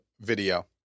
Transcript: video